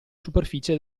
superficie